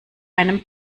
einem